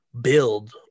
build